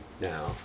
now